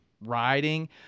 riding